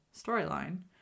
storyline